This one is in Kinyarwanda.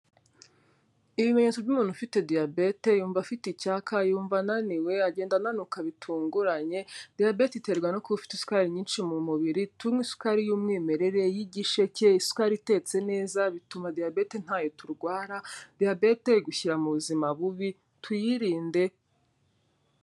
Ibimenyetso by'umuntu ufite diyabete yumva afite icyaka, yumva ananiwe, agenda ananuka bitunguranye, diyabete iterwa no kuba ufite isukari nyinshi mu mubiri, tunywe isukari y'umwimerere y'igisheke, isukari itetse neza bituma diyabete ntayo turwara, diyabete igushyira mu buzima bubi, tuyirinde,...